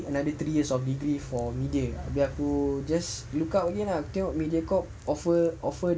another three years of degree for media abeh aku just look out aku tengok mediacorp offer offer